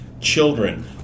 Children